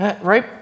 right